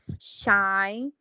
shy